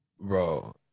Bro